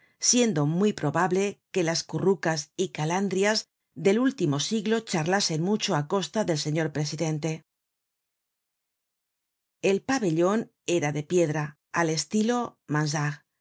siendo muy probable que las currucas y calandrias del siglo último charlasen mucho á costa del señor presidente el pabellon era de piedra al estilo